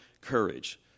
courage